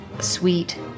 sweet